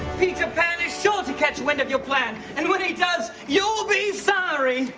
peter pan is sure to catch wind of your plan. and when he does, you will be sorry.